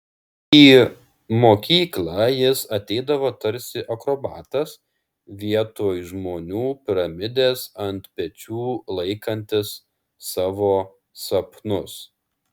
į mokyklą jis ateidavo tarsi akrobatas vietoj žmonių piramidės ant pečių laikantis savo sapnus